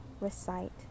recite